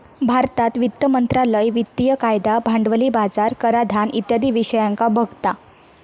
भारतात वित्त मंत्रालय वित्तिय कायदा, भांडवली बाजार, कराधान इत्यादी विषयांका बघता